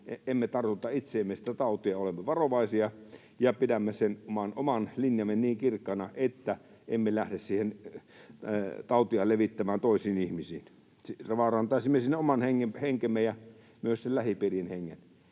emme tartunta itseemme sitä tautia ja olemme varovaisia ja pidämme sen oman linjamme niin kirkkaana, että emme lähde tautia levittämään toisiin ihmisiin. Vaarantaisimme siinä oman henkemme ja myös lähipiirin hengen.